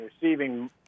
receiving